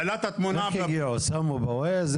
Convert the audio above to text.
שמו בוויז או